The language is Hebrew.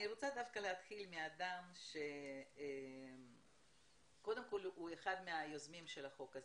אני רוצה להתחיל מאדם שהוא אחד מיוזמי החוק הזה.